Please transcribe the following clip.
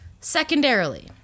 Secondarily